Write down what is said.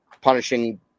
punishing